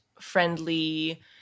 friendly